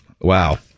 Wow